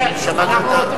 שמית.